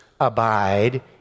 abide